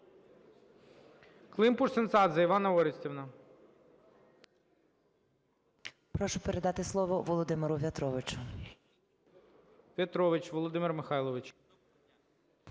Прошу передати слово Володимиру В'ятровичу.